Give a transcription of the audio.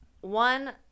one